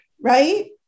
right